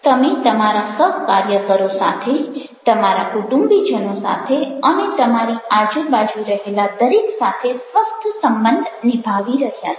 તમે તમારા સહકાર્યકરો સાથે તમારા કુટુંબીજનો સાથે અને તમારી આજુબાજુ રહેલા દરેક સાથે સ્વસ્થ સંબંધ નિભાવી રહ્યા છો